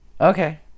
okay